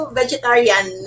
vegetarian